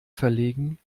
verlegen